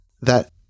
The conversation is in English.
that-